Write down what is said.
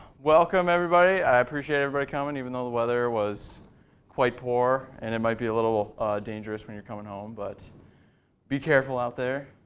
welcome everybody. i appreciate everybody coming, even though the weather was quite poor. and it might be a little dangerous when you're coming home. but be careful out there.